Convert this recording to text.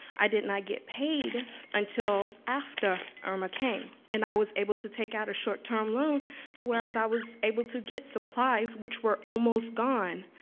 i did and not get paid until after irma came, and i was able to take out a short-term loan to where as i was able to get supplies, which were almost gone.